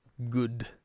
Good